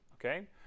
okay